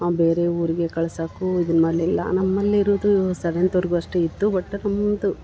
ಬೇರೆ ಊರಿಗೆ ಕಳ್ಸಕ್ಕೂ ಇದನ್ನ ಮಾಡಲಿಲ್ಲ ನಮ್ಮಲ್ಲಿ ಇರುದೂ ಸೆವೆಂತ್ವರೆಗು ಅಷ್ಟೆ ಇತ್ತು ಬಟ್ ನಮ್ಮದು